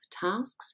tasks